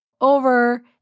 over